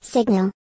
Signal